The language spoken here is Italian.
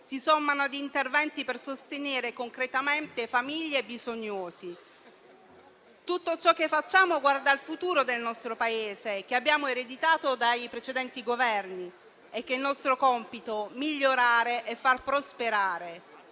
si sommano a interventi per sostenere concretamente le famiglie e bisognosi. Tutto ciò che facciamo guarda al futuro del nostro Paese, che abbiamo ereditato dai precedenti Governi e che è nostro compito migliorare e far prosperare.